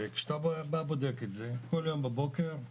כשאתה בא ובודק את זה כל יום בבוקר,